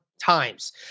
times